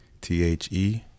T-H-E